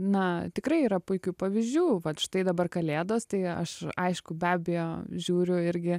na tikrai yra puikių pavyzdžių vat štai dabar kalėdos tai aš aišku be abejo žiūriu irgi